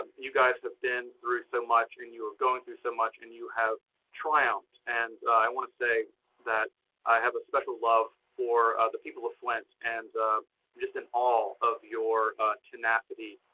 um you guys have been through so much, and you are going through so much, and you have triumphed. and i want to say that i have a special love for the people of flint and just in awe of your tenacity,